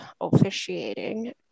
officiating